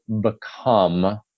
become